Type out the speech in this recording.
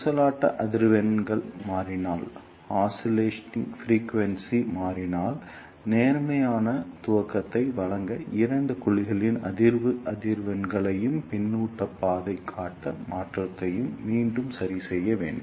ஊசலாட்ட அதிர்வெண் மாறினால் நேர்மறையான துவக்கத்தை வழங்க இரண்டு குழிகளின் அதிர்வு அதிர்வெண்களையும் பின்னூட்ட பாதை கட்ட மாற்றத்தையும் மீண்டும் சரிசெய்ய வேண்டும்